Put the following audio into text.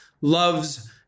loves